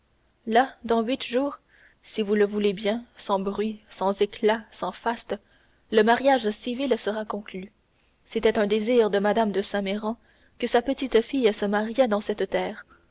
là dans huit jours si vous le voulez bien sans bruit sans éclat sans faste le mariage civil sera conclu c'était un désir de mme de saint méran que sa petite-fille se mariât dans cette terre